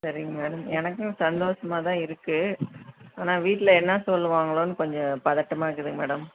சரிங்க மேம் எனக்கும் சந்தோஷமாகதான் இருக்கு ஆனால் வீட்டில் என்ன சொல்வாங்களோன்னு கொஞ்சம் பதட்டமாக இருக்குதுங்க மேடம்